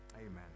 Amen